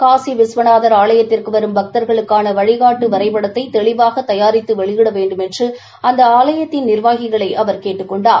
காசி விஸ்வதநாதர் ஆலயத்திற்கு வரும் பக்தர்களுக்கான வழிகாட்டு வரைபடத்தை தெளிவாக தயாரித்து வெளியிட வேண்டுமென்று அந்த ஆலயத்தின் நிர்வாகிகளை கேட்டுக் கொண்டார்